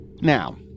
Now